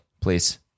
please